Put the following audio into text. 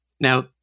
Now